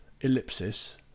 Ellipsis